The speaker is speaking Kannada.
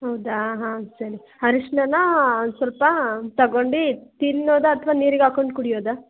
ಹೌದಾ ಹಾಂ ಸರಿ ಅರಶ್ಣಿನ ಸ್ವಲ್ಪ ತಗೊಂಡು ತಿನ್ನೋದಾ ಅಥ್ವ ನೀರಿಗೆ ಹಾಕೊಂಡು ಕುಡಿಯೋದ